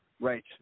Right